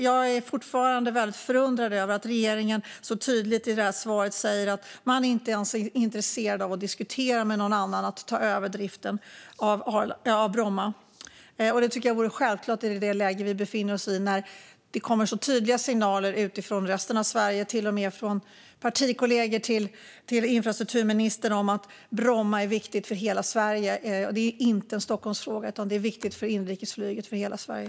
Jag är fortfarande förundrad över att regeringen så tydligt säger att man inte ens är intresserad av att diskutera med någon annan om att ta över driften av Bromma. Jag tycker att det vore självklart att göra det i det läge vi nu befinner oss i. Det kommer tydliga signaler från resten av Sverige, till och med från partikollegor till infrastrukturministern, om att Bromma är viktigt för hela Sverige. Det är inte en Stockholmsfråga, utan den är viktig för inrikesflyget och för hela Sverige.